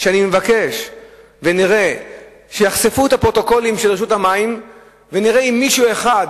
שאני מבקש שיחשפו את הפרוטוקולים של רשות המים ונראה אם מישהו אחד